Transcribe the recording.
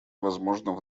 возможно